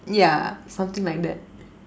yeah something like that